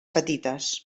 petites